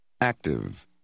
active